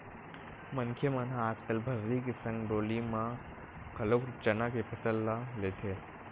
मनखे मन ह आजकल भर्री के संग डोली म घलोक चना के फसल ल लेथे